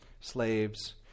slaves